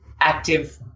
active